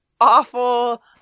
awful